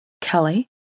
Kelly